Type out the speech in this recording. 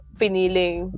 piniling